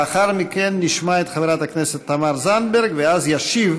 לאחר מכן נשמע את חברת הכנסת תמר זנדברג ואז ישיב